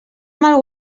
mal